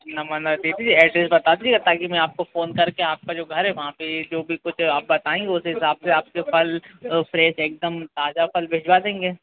नमा दीजिए अड्रेस बता दीजिएगा ताकी मैं आपको फोन कर के आपका जो घर है वहाँ पर ये जो भी कुछ है आप बताएं उस हिसाब से आपके फल जो फ्रेश एक दम ताज़ा फल भिजवा देंगे